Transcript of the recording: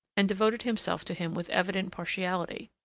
and devoted himself to him with evident partiality.